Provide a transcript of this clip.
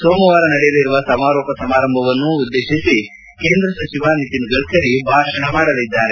ಸೋಮವಾರ ನಡೆಯಲಿರುವ ಸಮಾರೋಪ ಸಮಾರಂಭವನ್ನು ಉದ್ದೇಶಿಸಿ ಕೇಂದ್ರ ಸಚಿವ ನಿತಿನ್ ಗಡ್ಕರಿ ಭಾಷಣ ಮಾಡಲಿದ್ದಾರೆ